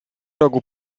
rogu